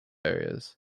areas